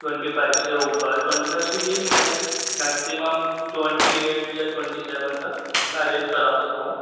twenty five سے اوپر twenty five سے یہی میں میکسمم ٹونٹی ایٹ یا ٹونٹی سیون تک میں اڑینج کرا سکتا ہوں